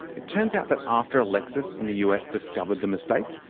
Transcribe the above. it turns out that after alexis in the us discovered the mistake,